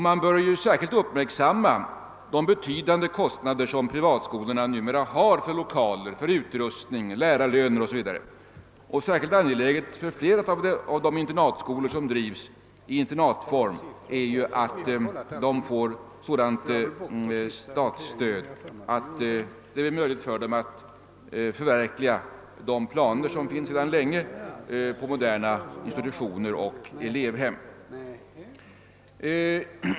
Man bör speciellt uppmärksamma de betydande kostnader som privatskolorna numera har för lokaler, utrustning, lärarlöner o.s.v. Särskilt angeläget för flera av de internatskolor som drivs i internatform är att de får sådant statligt stöd att det blir möjligt för dem att förverkliga sedan länge utarbetade planer på moderna institutioner och elevhem.